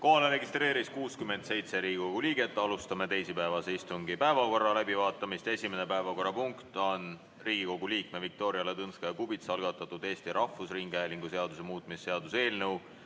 Kohale registreerus 67 Riigikogu liiget. Alustame teisipäevase istungi päevakorra läbivaatamist. Esimene päevakorrapunkt on Riigikogu liikme Viktoria Ladõnskaja-Kubitsa algatatud Eesti Rahvusringhäälingu seaduse muutmise seaduse eelnõu